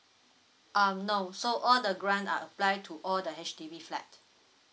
um no so all the grant are apply to all the H_D_B flat